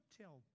tell